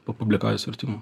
papublikavęs vertimų